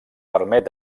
permet